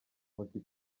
muziki